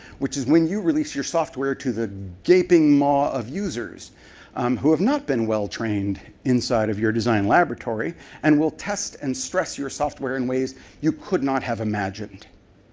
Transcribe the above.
which is when you release your software to the gaping mall of users who have not been well-trained inside of your design laboratory and will test and stress your software in ways you could not have imagined.